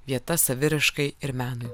vieta saviraiškai ir menui